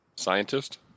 Scientist